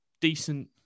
decent